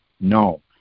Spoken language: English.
no